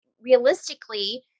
realistically